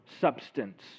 substance